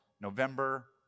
November